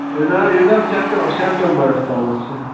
یہِ ناو یہِ ناو سپٹم سپٹمبَرس تامتھ چھِ